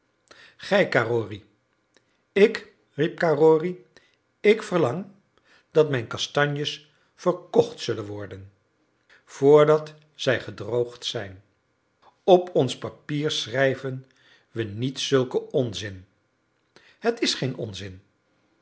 gij carrory ik riep carrory ik verlang dat mijn kastanjes verkocht zullen worden voordat zij gedroogd zijn op ons papier schrijven we niet zulken onzin het is geen onzin